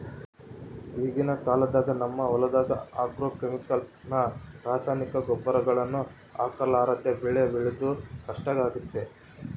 ಈಗಿನ ಕಾಲದಾಗ ನಮ್ಮ ಹೊಲದಗ ಆಗ್ರೋಕೆಮಿಕಲ್ಸ್ ನ ರಾಸಾಯನಿಕ ಗೊಬ್ಬರಗಳನ್ನ ಹಾಕರ್ಲಾದೆ ಬೆಳೆ ಬೆಳೆದು ಕಷ್ಟಾಗೆತೆ